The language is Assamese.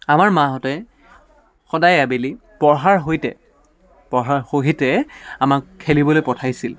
আমাৰ মাহঁতে সদায় আবেলি পঢ়াৰ সৈতে পঢ়াৰ সহিতে আমাক খেলিবলৈ পঠাইছিল